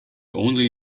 only